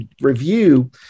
review